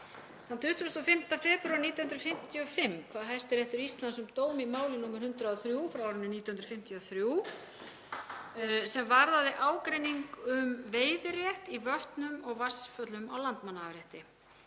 Þann 25. febrúar 1955 kvað Hæstiréttur Íslands upp dóm í máli nr. 103 frá árinu 1953 sem varðaði ágreining um veiðirétt í vötnum og vatnsföllum á Landmannaafrétti.